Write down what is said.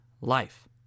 life